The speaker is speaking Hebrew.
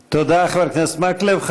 תודה, חבר הכנסת מקלב.